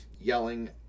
yelling